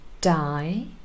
die